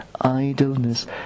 idleness